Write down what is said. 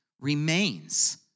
remains